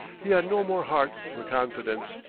he had no more heart for confidence.